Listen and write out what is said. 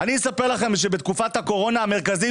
אני אספר לכם שבתקופת הקורונה המרכזים